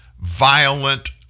violent